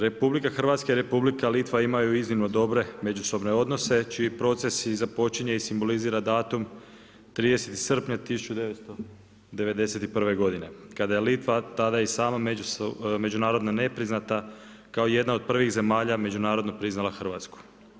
Republika Hrvatska i Republika Litva imaju iznimno dobre međusobne odnose čije procese započinje i simbolizira datum 30. srpnja 1991. godine kada je Litva tada i sama međunarodno nepriznata kao jedna od prvih zemalja međunarodno priznala Hrvatsku.